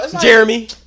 Jeremy